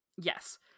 yes